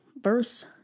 Verse